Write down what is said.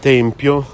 Tempio